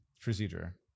procedure